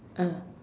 ah